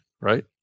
right